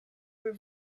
were